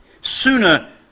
sooner